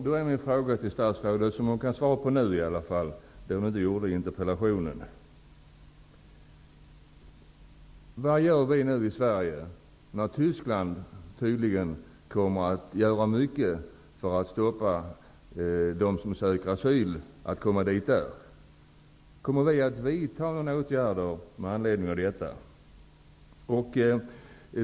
Då är mina frågor till statsrådet: Vad gör vi nu i Sverige, när Tyskland tydligen kommer att göra mycket för att försöka stoppa asylsökande att komma dit? Kommer vi att vidta några åtgärder med anledning av detta?